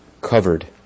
covered